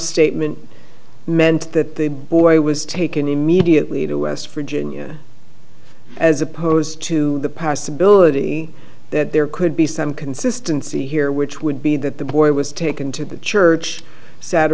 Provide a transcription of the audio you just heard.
statement meant that the boy was taken immediately to west virginia as opposed to the possibility that there could be some consistency here which would be that the boy was taken to the church sat